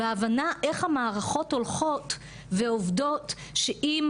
וההבנה איך המערכות הולכות ועובדות שאם